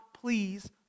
please